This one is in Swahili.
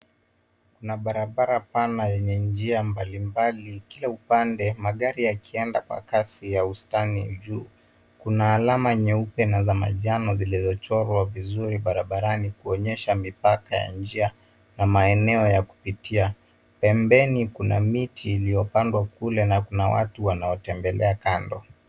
Kuna barabara pana yenye njia mbalimbali, kila upande magari yakienda kwa kasi ya ustani juu. Kuna alama nyeupe na za manjano zilizochorwa vizuri barabarani kuonyesha mipaka ya njia na maeneo ya kupitia. Pembeni kuna miti iliyopandwa kule na kuna watu wanaotembelea kando.